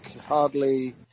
hardly